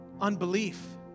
unbelief